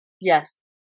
Yes